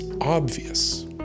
obvious